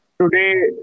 Today